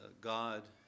God